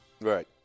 Right